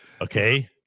Okay